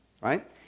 Right